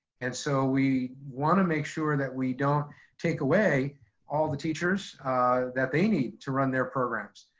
and so we wanna make sure that we don't take away all the teachers that they need to run their programs.